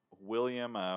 William